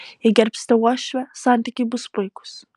jei gerbsite uošvę santykiai bus puikūs